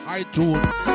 iTunes